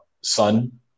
son